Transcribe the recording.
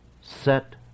set